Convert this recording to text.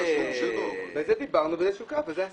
על זה דיברנו וזה הסיכום,